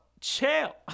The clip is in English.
chill